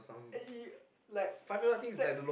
eh you like set